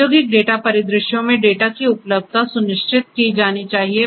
औद्योगिक डेटा परिदृश्यों में डेटा की उपलब्धता सुनिश्चित की जानी चाहिए